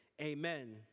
amen